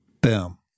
boom